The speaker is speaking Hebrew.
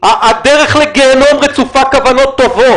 הדרך לגיהינום רצופה כוונות טובות.